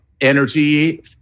energy